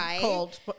cold